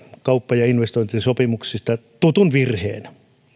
kauppa ja investointisopimuksista tutun virheen